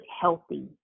healthy